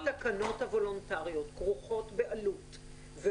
אם התקנות הוולונטריות כרוכות בעלות,